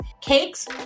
cakes